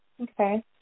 Okay